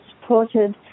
supported